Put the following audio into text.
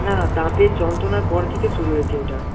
না দাঁতের যন্ত্রণার পর থেকে শুরু হয়েছে এটা